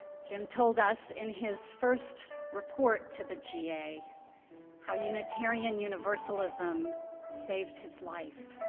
jim told us in his first report to the ga how unitarian universalism saved his life.